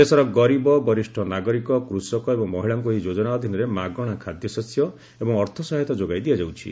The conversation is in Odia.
ଦେଶର ଗରିବ ବରିଷ୍ଠ ନାଗରିକ କୃଷକ ଏବଂ ମହିଳାଙ୍କୁ ଏହି ଯୋଜନା ଅଧୀନରେ ମାଗଣା ଖାଦ୍ୟଶସ୍ୟ ଏବଂ ଅର୍ଥ ସହାୟତା ଯୋଗାଇ ଦିଆଯାଉଛି